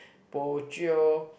bo jio